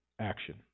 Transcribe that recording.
action